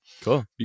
Cool